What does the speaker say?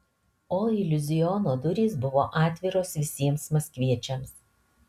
o iliuziono durys buvo atviros visiems maskviečiams